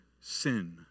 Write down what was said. sin